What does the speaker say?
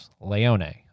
Leone